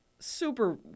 Super